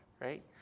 right